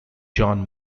john